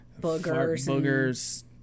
boogers